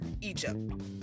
egypt